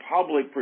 public